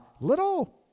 little